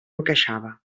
encaixava